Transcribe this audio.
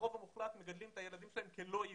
הרוב המוחלט מגדלים את הילדים שלהם כלא יהודים.